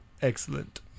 excellent